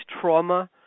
trauma